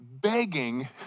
Begging